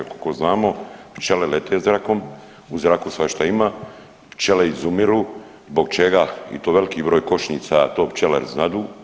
Koliko znamo, pčele lete zrakom, u zraku svašta ima, pčele izumiru, zbog čega i to veliki broj košnica, to pčelari znadu.